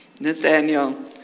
Nathaniel